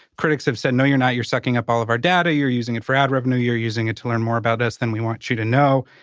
critics have said, no, you're not, you're sucking up all of our data. you're using it for ad revenue. you're using it to learn more about us than we want you to know.